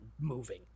moving